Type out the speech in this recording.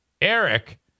Eric